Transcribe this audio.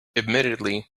admittedly